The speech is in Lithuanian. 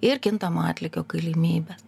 ir kintamo atlygio galimybes